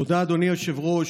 תודה, אדוני היושב-ראש.